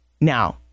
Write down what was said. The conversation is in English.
now